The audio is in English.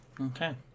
okay